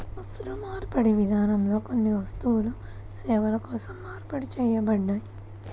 వస్తుమార్పిడి విధానంలో కొన్ని వస్తువులు సేవల కోసం మార్పిడి చేయబడ్డాయి